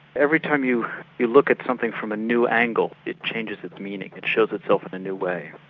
every time you you look at something from a new angle, it changes its meaning, it shows itself in a new way.